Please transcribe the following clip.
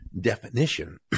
definition